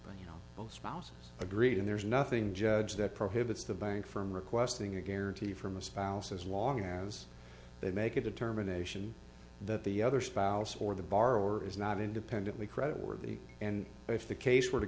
but you know both spouses agreed and there's nothing judge that prohibits the bank from requesting a guarantee from a spouse as long as they make a determination that the other spouse or the borrower is not independently credit worthy and if the case were to